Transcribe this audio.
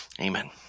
Amen